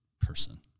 person